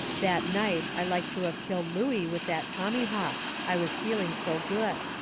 that night i like to of killed looey with that tommyhawk, i was feeling so good.